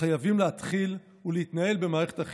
חייבים להתחיל ולהתנהל במערכת החינוך.